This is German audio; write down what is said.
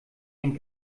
den